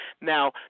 Now